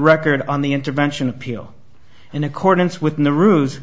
record on the intervention appeal in accordance with the ruse